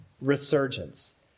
Resurgence